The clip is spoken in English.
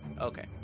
Okay